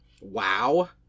Wow